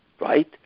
right